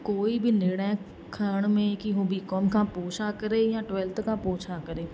कोई बि निर्णय खणण में कि उहो बीकॉम खां पोइ छा करे या ट्वैल्थ खां पोइ छा करे